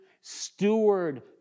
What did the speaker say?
Steward